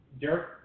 Derek